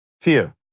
Fear